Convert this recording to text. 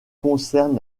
concerne